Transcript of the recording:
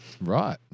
Right